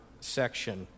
section